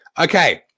Okay